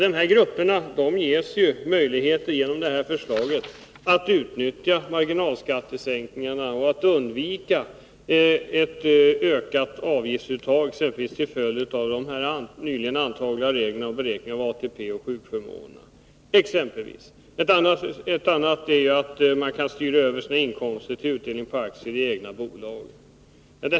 De grupper det gäller ges genom förslaget möjligheter att utnyttja marginalskattesänkningarna och att undvika ett ökat avgiftsuttag, exempelvis till följd av de nyligen antagna reglerna om beräkningen av ATP och sjukförmåner. Ett annat sätt är att styra inkomsterna till utdelning på aktier i egna bolag.